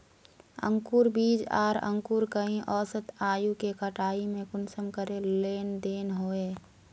अंकूर बीज आर अंकूर कई औसत आयु के कटाई में कुंसम करे लेन देन होए?